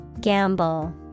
Gamble